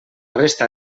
resta